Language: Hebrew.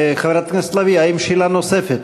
חברת הכנסת לביא, האם שאלה נוספת?